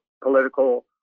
political